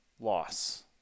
loss